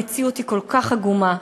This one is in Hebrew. המציאות היא כל כך עגומה,